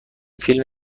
فیلم